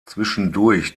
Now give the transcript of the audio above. zwischendurch